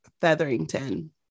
Featherington